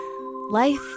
Life